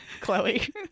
Chloe